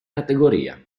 categoria